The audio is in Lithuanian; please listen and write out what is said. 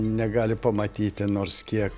negali pamatyti nors kiek